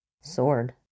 Sword